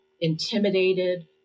intimidated